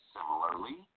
Similarly